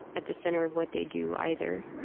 at the center of what they do either